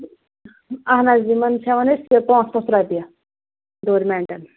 اَہن حظ یِمن چھِ ہیوان أسۍ پانٛژھ پانٛژھ رۄپیہِ ڈورمیٚنٛٹن